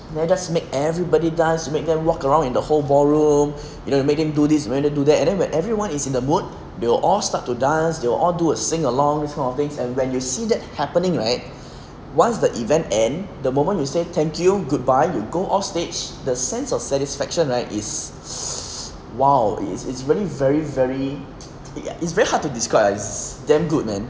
then just make everybody dance make them walk around in the whole ballroom you know you make them do this make them do that and then when everyone is in the mood they will all start to dance they will all do a sing along this kind of things and when you see that happening right once the event end the moment we say thank you goodbye you go off stage the sense of satisfaction right is !wow! it's it's really very very it's very hard to describe lah it's damn good man